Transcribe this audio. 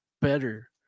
better